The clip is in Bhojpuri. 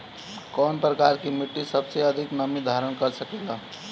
कौन प्रकार की मिट्टी सबसे अधिक नमी धारण कर सकेला?